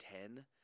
Ten